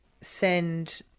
send